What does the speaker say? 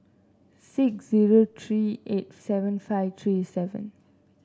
six zero three eight seven five three seven